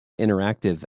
interactive